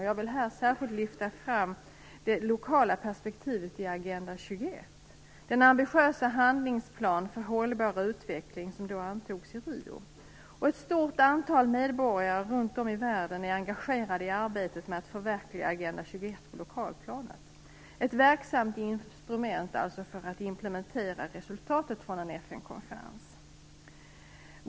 Jag vill här särskilt lyfta fram det lokala perspektivet i Agenda 21, den ambitiösa handlingsplan för hållbar utveckling som antogs i Rio. Ett stort antal medborgare runtom i världen är engagerade i arbetet med att förverkliga Agenda 21 på lokalplanet. Det är ett verksamt instrument för att implementera resultatet från FN-konferensen.